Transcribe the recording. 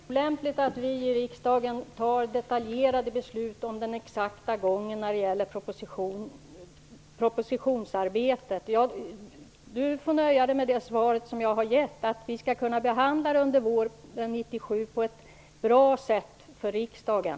Herr talman! Det är olämpligt att vi i riskdagen fattar detaljerade beslut om den exakta gången när det gäller propositionsarbetet. Lennart Fremling får nöja sig med det svar som jag har gett, att frågan skall kunna behandlas under våren 1997 på ett bra sätt för riksdagen.